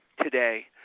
today